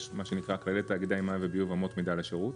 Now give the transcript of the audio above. יש מה שנקרא "כללי תאגידי מים וביוב אמות מידה לשירות".